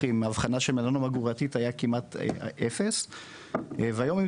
עם אבחנה של מלנומה גרורתית היה כמעט אפס והיום אם